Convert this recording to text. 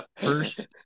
First